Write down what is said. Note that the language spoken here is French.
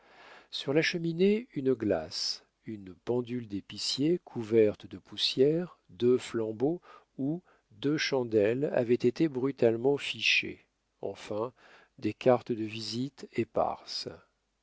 sur la cheminée une glace une pendule d'épicier couverte de poussière deux flambeaux où deux chandelles avaient été brutalement fichées enfin des cartes de visite éparses